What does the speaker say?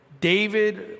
David